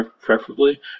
preferably